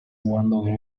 wendell